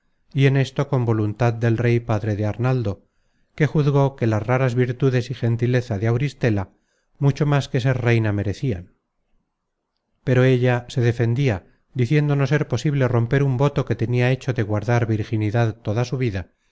y esto con voluntad del rey padre de arnaldo que juzgó que las raras virtudes y gentileza de auristela mucho más que ser reina merecian pero ella se defendia diciendo no ser posible romper un voto que tenia hecho de guardar virginidad toda su vida